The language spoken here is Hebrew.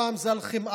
פעם זה על חמאה,